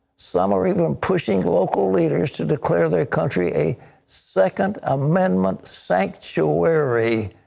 some are even and pushing local leaders to declare their country a second amendment sanctuaries.